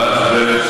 תודה רבה.